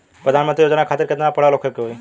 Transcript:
प्रधानमंत्री योजना खातिर केतना पढ़ल होखे के होई?